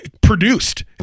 produced